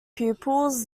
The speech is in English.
pupils